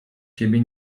ciebie